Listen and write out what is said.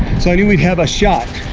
so i knew we'd have a shock.